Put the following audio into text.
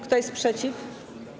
Kto jest przeciw?